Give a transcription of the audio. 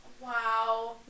Wow